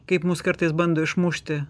kaip mus kartais bando išmušti